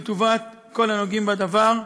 לטובת כל הנוגעים בדבר.